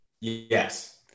Yes